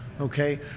okay